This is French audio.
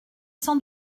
sans